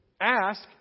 ask